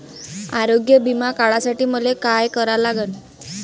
आरोग्य बिमा काढासाठी मले काय करा लागन?